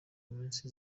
minsi